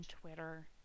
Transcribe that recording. Twitter